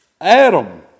Adam